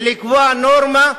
ולקבוע נורמה,